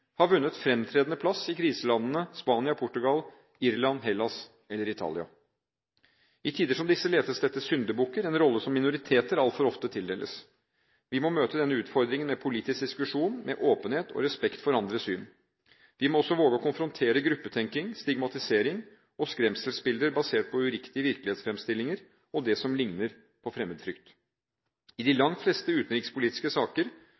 har vunnet fremtredende plass i kriselandene Spania, Portugal, Irland, Hellas eller Italia. I tider som disse letes det etter syndebukker – en rolle som minoriteter altfor ofte tildeles. Vi må møte denne utfordringen med politisk diskusjon, med åpenhet og respekt for andres syn. Vi må også våge å konfrontere gruppetenkning, stigmatisering og skremselsbilder basert på uriktige virkelighetsfremstillinger og det som ligner på fremmedfrykt. I de langt fleste utenrikspolitiske saker